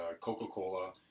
Coca-Cola